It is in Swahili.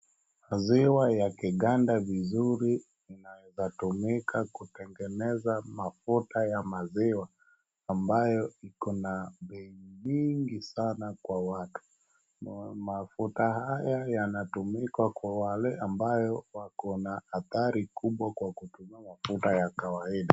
Maziwa yakiganda vizuri inaezatumika kutengeneza mafuta ya maziwa ambayo iko na bei mingi sana kwa watu, mafuta haya yanatumika kwa wale ambayo wako na athari kubwa kwa kutumia mafuta ya kawaida.